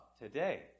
today